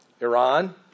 Iran